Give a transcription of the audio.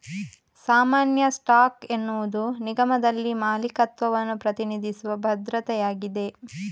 ಸಾಮಾನ್ಯ ಸ್ಟಾಕ್ ಎನ್ನುವುದು ನಿಗಮದಲ್ಲಿ ಮಾಲೀಕತ್ವವನ್ನು ಪ್ರತಿನಿಧಿಸುವ ಭದ್ರತೆಯಾಗಿದೆ